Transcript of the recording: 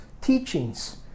teachings